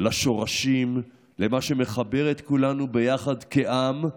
לשורשים, למה שמחבר את כולנו ביחד כעם.